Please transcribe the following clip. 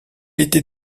était